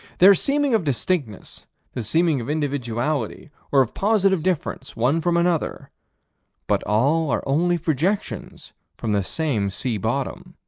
their seeming of distinctness the seeming of individuality, or of positive difference one from another but all are only projections from the same sea bottom.